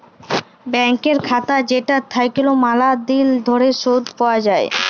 ব্যাংকের খাতা যেটা থাকল্যে ম্যালা দিল ধরে শুধ পাওয়া যায়